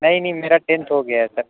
نہیں نہیں میرا ٹینتھ ہو گیا ہے سر